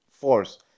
force